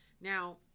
Now